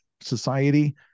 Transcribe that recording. society